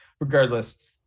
regardless